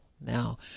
Now